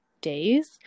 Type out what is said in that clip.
days